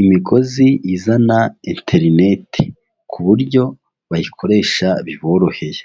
imigozi izana interineti ku buryo bayikoresha biboroheye.